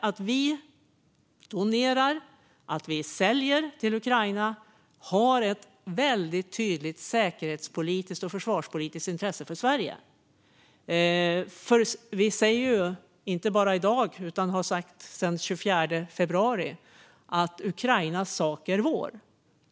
Att vi donerar och säljer till Ukraina har ett väldigt tydligt säkerhetspolitiskt och försvarspolitiskt intresse för Sverige. Vi säger ju, inte bara i dag utan sedan den 24 februari 2022, att Ukrainas sak är vår.